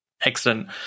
Excellent